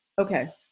Okay